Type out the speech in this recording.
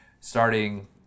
starting